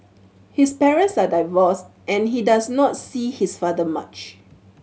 his parents are divorced and he does not see his father much